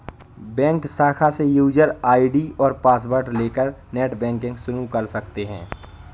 bank शाखा से user ID और पॉसवर्ड लेकर नेटबैंकिंग शुरू कर सकते है